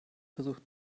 versucht